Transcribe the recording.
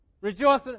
Rejoice